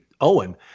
Owen